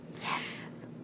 Yes